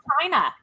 China